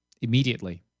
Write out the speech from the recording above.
immediately